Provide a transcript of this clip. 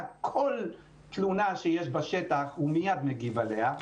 כל תלונה שיש בשטח והוא מיד מגיב עליה.